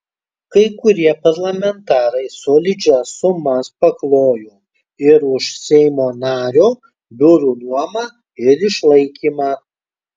kai kurie parlamentarai solidžias sumas paklojo ir už seimo nario biurų nuomą ir išlaikymą